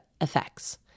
effects